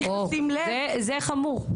זה חמור.